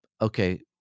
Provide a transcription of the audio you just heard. okay